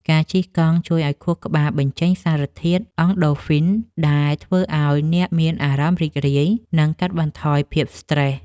ការជិះកង់ជួយឱ្យខួរក្បាលបញ្ចេញសារធាតុ អង់ដូហ្វីន ដែលធ្វើឱ្យអ្នកមានអារម្មណ៍រីករាយ និងកាត់បន្ថយភាពស្រ្តេស។